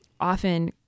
often